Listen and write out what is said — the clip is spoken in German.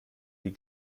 die